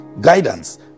guidance